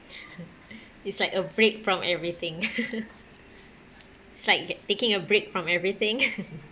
it's like a break from everything it's like taking a break from everything